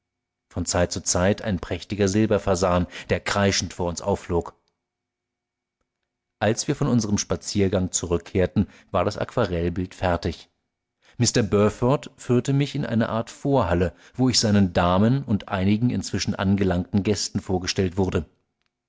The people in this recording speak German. von zeit zu zeit ein prächtiger silberfasan der kreischend vor uns aufflog als wir von unserm spaziergang zurückkehrten war das aquarell bild fertig mr burford führte mich in eine art vorhalle wo ich seinen damen und einigen inzwischen angelangten gästen vorgestellt wurde